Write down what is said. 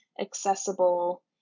accessible